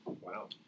Wow